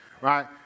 right